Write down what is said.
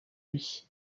lui